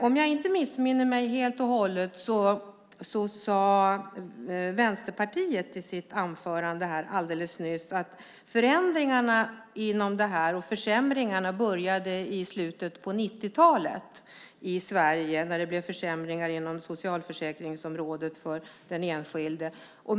Om jag inte missminner mig helt och hållet sade Vänsterpartiet i sitt anförande alldeles nyss att förändringarna och försämringarna för den enskilde på socialförsäkringsområdet började i slutet av 90-talet i Sverige.